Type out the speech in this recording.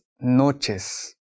noches